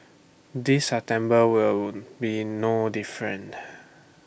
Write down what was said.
this September will be no different